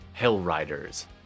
Hellriders